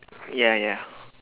ya ya